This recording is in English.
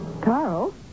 Carl